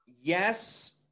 Yes